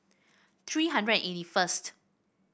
three hundred and eighty first